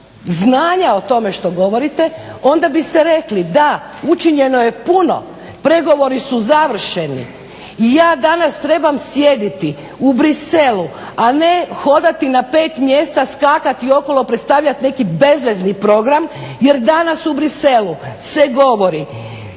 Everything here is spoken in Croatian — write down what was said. znanja o tome što govorite onda biste rekli, da učinjeno je puno pregovori su završeni i ja danas trebam sjediti u Bruxellesu, a ne hodati na pet mjesta, skakati okolo, predstavljat neki bezvezni program jer danas u Bruxellesu se govori